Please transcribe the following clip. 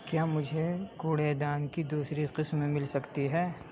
کیا مجھے کوڑے دان کی دوسری قسم مل سکتی ہے